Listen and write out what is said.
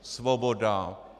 Svoboda.